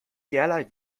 derlei